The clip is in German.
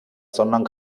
sondern